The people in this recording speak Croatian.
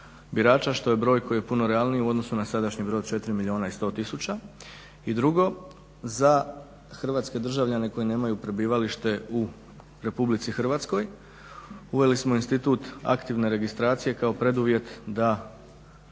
birača što je broj koji je puno realniji u odnosu na sadašnji broj od 4 milijuna i 100 tisuća. I drugo za hrvatske državljane koji nemaju prebivalište u RH uveli smo institut aktivne registracije kao preduvjet da